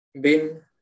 Bin